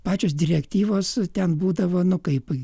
pačios direktyvos ten būdavo nu kaip